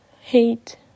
hate